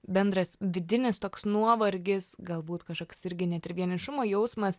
bendras vidinis toks nuovargis galbūt kažkoks irgi net ir vienišumo jausmas